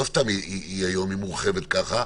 לא סתם היום היא מורחבת ככה,